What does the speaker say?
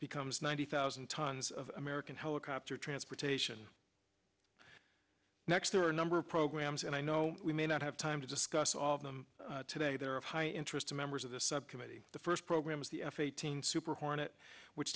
becomes ninety thousand tons of american helicopter transportation next there are a number of programs and i know we may not have time to discuss all of them today there are high interest to members of the subcommittee the first program is the f eighteen super hornet which